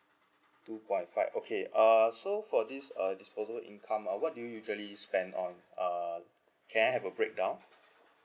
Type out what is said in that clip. two point five okay uh so for this uh disposable income uh what do you usually spend on uh can I have a breakdown